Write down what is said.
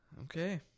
Okay